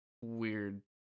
weird